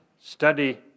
study